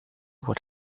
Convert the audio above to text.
what